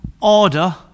order